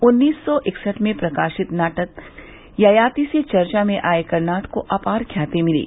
उन्नीस सौ इकसठ में प्रकाशित नाटक ययाति से चर्चा में आए कर्नाड को अपार ख्याति मिली